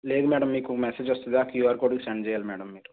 లేదు మ్యాడమ్ మీకు మెసేజ్ వస్తుంది ఆ క్యుఆర్ కోడ్కి సెండ్ చేయాలి మ్యాడమ్ మీరు